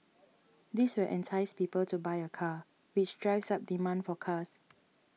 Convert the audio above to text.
this will entice people to buy a car which drives up demand for cars